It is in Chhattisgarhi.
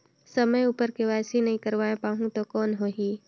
समय उपर के.वाई.सी नइ करवाय पाहुं तो कौन होही?